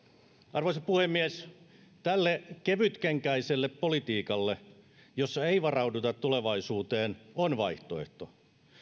arvoisa puhemies tälle kevytkenkäiselle politiikalle jossa ei varauduta tulevaisuuteen on vaihtoehto